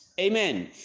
Amen